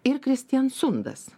ir kristiansundas